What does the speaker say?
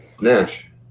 Nash